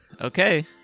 Okay